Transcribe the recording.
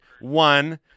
one